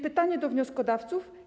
Pytanie do wnioskodawców.